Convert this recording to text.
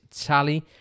tally